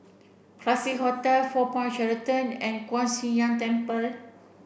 Classique Hotel Four Point Sheraton and Kuan Temple